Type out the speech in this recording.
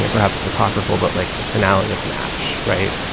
and perhaps apocryphal, but like the finale of mash. right.